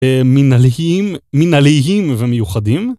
מנהליים... מנהליים ומיוחדים.